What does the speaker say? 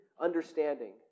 understanding